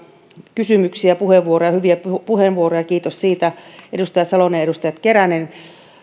kysymyksiä ja hyviä puheenvuoroja kiitos niistä edustaja salonen ja edustaja keränen